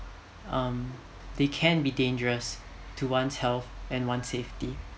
um they can be dangerous to one's health and one's safety